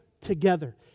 together